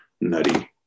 nutty